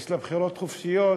יש לה בחירות חופשיות,